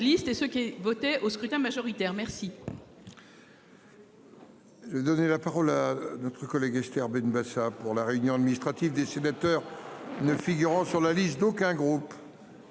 Je vais donner la parole à notre collègue Hechter Benbassa pour la réunion administrative des sénateurs ne figurant sur la liste d'aucun groupe.